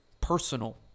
Personal